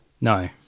No